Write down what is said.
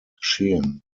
geschehen